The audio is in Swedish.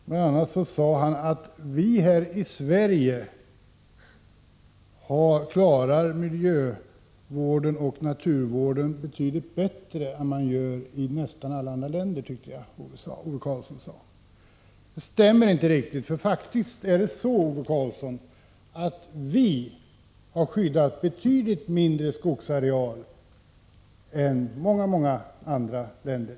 BI. a. sade han att vi här i Sverige klarar miljövården och naturvården betydligt bättre än man gör i nästan alla andra länder. Det stämmer inte riktigt, för faktiskt är det så, Ove Karlsson, att vi har skyddat betydligt mindre skogsareal än många många andra länder.